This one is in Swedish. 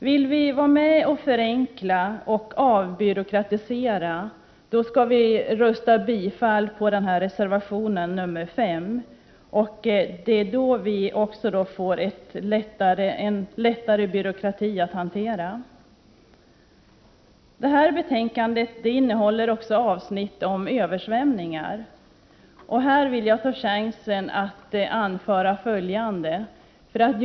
Vill vi vara med om att förenkla och avbyråkratisera skall vi rösta för reservation nr 5. Då får vi en byråkrati som är enklare att hantera. Detta betänkande innehåller också avsnitt om översvämningar. Här vill jag ta chansen att anföra några synpunkter.